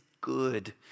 good